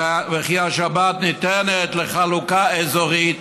וכי השבת ניתנת לחלוקה אזורית,